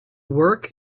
work